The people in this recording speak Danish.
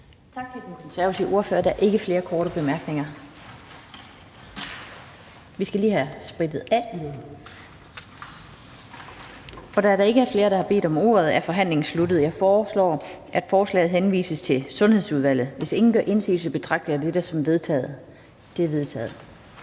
Tak til ordføreren for forslagsstillerne. Der er ikke flere korte bemærkninger. Vi skal lige have sprittet af. Da der ikke er flere, der har bedt om ordet, er forhandlingen sluttet. Jeg foreslår, at forslaget henvises til Sundhedsudvalget. Hvis ingen gør indsigelse, betragter jeg dette som vedtaget. Det er vedtaget.